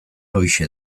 horixe